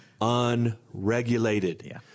unregulated